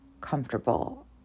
comfortable